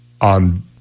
on